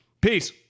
Peace